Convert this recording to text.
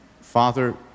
father